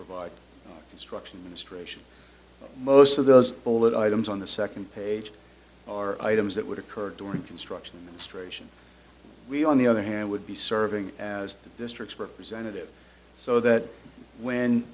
provide instruction ministration most of those bullet items on the second page are items that would occur during construction ministration we on the other hand would be serving as district representative so that when